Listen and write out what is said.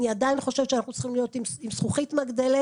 אני עדיין חושבת שאנחנו צריכים להיות עם זכוכית מגדלת.